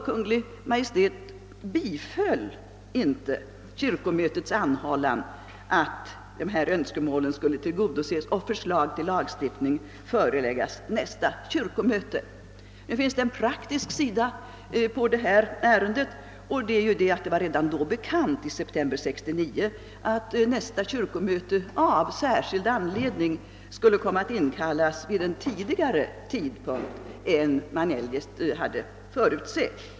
Kungl. Maj:t biföll sålunda inte kyrkomötets anhållan att önskemålen i den tredje rekommendationen skulle tillgodoses och förslag till lagstiftning föreläggas nästa kyrkomöte. Ärendet har också en praktisk sida, eftersom det redan i september 1969 var känt att nästa kyrkomöte av särskild anledning skulle komma att inkallas vid en tidigare tidpunkt än man förutsett.